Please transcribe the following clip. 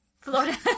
Florida